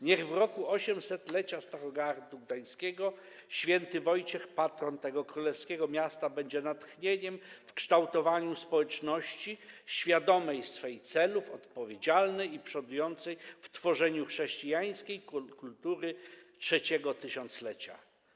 Niech w roku 800-lecia Starogardu Gdańskiego św. Wojciech, patron tego królewskiego miasta, będzie natchnieniem w kształtowaniu społeczności świadomej swych celów, odpowiedzialnej i przodującej w tworzeniu chrześcijańskiej kultury trzeciego tysiąclecia.